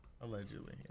Allegedly